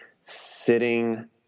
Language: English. sitting